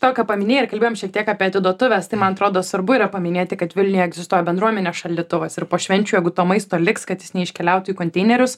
to ką paminėjai kalbėjom šiek tiek apie atiduotuves tai man atrodo svarbu yra paminėti kad vilniuje egzistuoja bendruomenės šaldytuvas ir po švenčių jeigu to maisto liks kad jis neiškeliautų į konteinerius